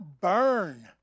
burn